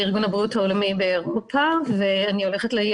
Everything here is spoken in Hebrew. בארגון הבריאות העולמי באירופה אני הולכת להיות